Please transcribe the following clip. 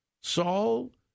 Saul